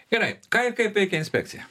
gerai ką ir kaip veikia inspekcija